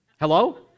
hello